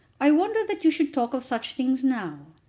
i wonder that you should talk of such things now.